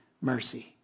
mercy